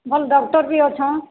ଭଲ ଡକ୍ଟର୍ ବି ଅଛନ୍